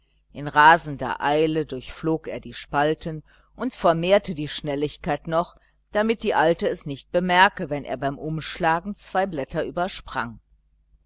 in rasender eile durchflog er die spalten und vermehrte die schnelligkeit noch damit die alte es nicht bemerke wenn er beim umschlagen zwei blätter